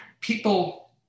people